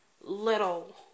little